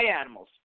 animals